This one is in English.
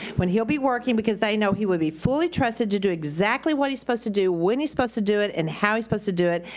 when he'll be working because they know he will be fully trusted to do exactly what he's supposed to do, when he's supposed to do it and how he's supposed to do it.